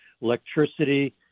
electricity